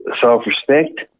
self-respect